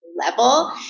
level